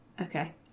Okay